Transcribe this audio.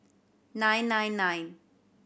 nine nine nine